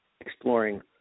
exploring